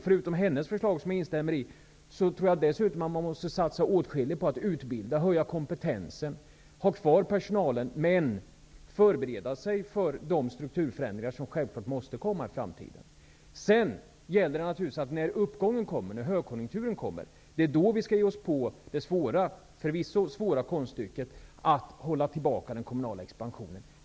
Förutom hennes förslag, som jag instämmer i, måste man satsa åtskilligt på utbildning och att höja kompetensen, behålla personalen och förbereda sig för de strukturförändringar som självfallet måste komma i framtiden. När högkonjunkturen sedan kommer skall vi ge oss på det förvisso svåra konststycket att hålla tillbaka den kommunala expansionen.